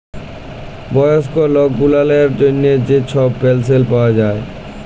বয়স্ক লক গুলালের জ্যনহে যে ছব পেলশল পাউয়া যায়